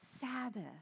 Sabbath